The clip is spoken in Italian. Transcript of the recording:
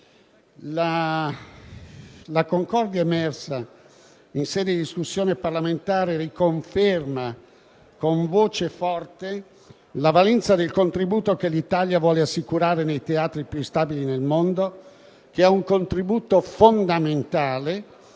La concordia emersa in sede di discussione parlamentare riconferma con voce forte la valenza del contributo che l'Italia vuole assicurare nei teatri più instabili nel mondo, un contributo fondamentale,